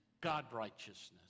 God-righteousness